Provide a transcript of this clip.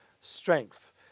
strength